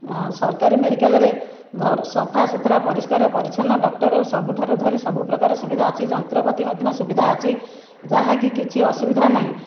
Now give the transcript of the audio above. ସରକାରୀ ମେଡ଼ିକାଲରେ ସଫାସୁତରା ପରିଷ୍କାର ପରିଚ୍ଛନ୍ନ ଡକ୍ଟର ସବୁଠାରୁ ଧରି ସବୁପ୍ରକାର ସୁବିଧା ଅଛି ଯନ୍ତ୍ରପାତି ମଧ୍ୟ ସୁବିଧା ଅଛି ଯାହାକି କିଛି ଅସୁବିଧା ନାହିଁ